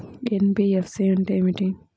NBFC అంటే ఏమిటి?